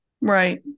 Right